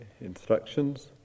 instructions